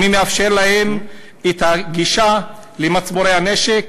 ומי מאפשר להם את הגישה למצבורי הנשק?